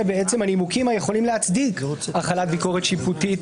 בעצם הנימוקים היכולים להצדיק החלת ביקורת שיפוטית,